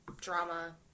drama